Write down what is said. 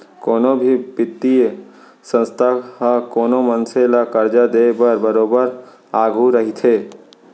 कोनो भी बित्तीय संस्था ह कोनो मनसे ल करजा देय बर बरोबर आघू रहिथे